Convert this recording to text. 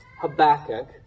Habakkuk